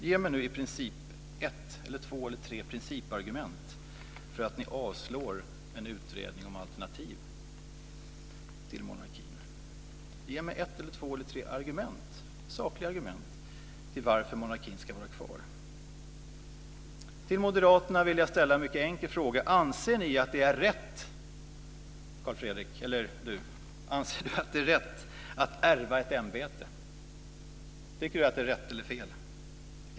Ge mig nu ett, två eller tre principargument för att ni avslår en utredning om alternativ till monarkin! Ge mig några sakliga argument för varför monarkin ska vara kvar. Till Moderaterna vill jag ställa en mycket enkel fråga. Anser ni att det är rätt att ärva ett ämbete? Tycker Nils Fredrik Aurelius att det är rätt eller fel?